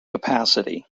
capacity